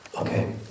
Okay